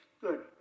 good